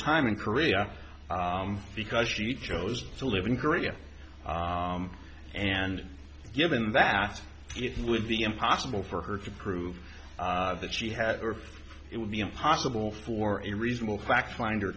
time in korea because she chose to live in korea and given that it would be impossible for her to prove that she had or it would be impossible for a reasonable fact finder